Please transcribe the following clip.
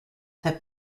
that